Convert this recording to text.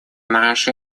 наши